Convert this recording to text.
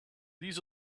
these